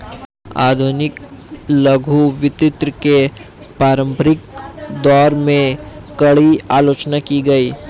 आधुनिक लघु वित्त के प्रारंभिक दौर में, कड़ी आलोचना की गई